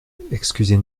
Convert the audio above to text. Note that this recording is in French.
excusez